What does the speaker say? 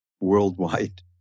worldwide